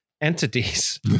entities